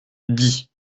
die